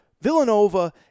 Villanova